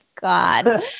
God